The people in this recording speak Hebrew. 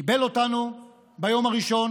קיבל אותנו ביום הראשון